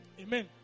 Amen